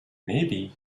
maybe